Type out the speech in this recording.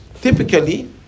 Typically